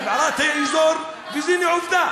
אתה לא מזהיר אף אחד.